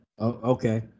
Okay